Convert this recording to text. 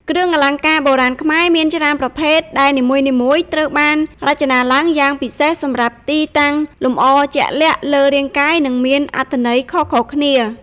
គ្រឿងអលង្ការបុរាណខ្មែរមានច្រើនប្រភេទ ដែលនីមួយៗត្រូវបានរចនាឡើងយ៉ាងពិសេសសម្រាប់ទីតាំងលម្អជាក់លាក់លើរាងកាយ និងមានអត្ថន័យខុសៗគ្នា។